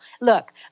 Look